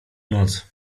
noc